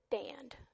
stand